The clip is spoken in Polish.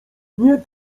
nie